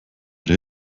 der